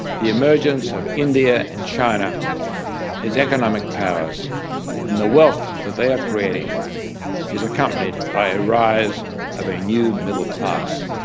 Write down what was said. the emergence of india and china as economic powers and the wealth that they are creating is accompanied by a rise of a new middle class.